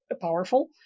powerful